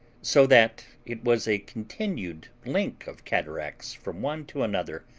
so that it was a continued link of cataracts from one to another,